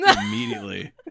immediately